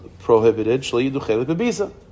prohibited